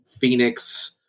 Phoenix